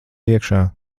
iekšā